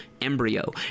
Embryo